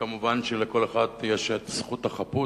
כמובן, לכל אחד יש את זכות החפות.